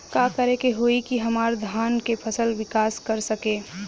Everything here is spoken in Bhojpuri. का करे होई की हमार धान के फसल विकास कर सके?